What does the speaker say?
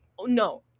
No